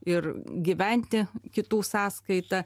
ir gyventi kitų sąskaita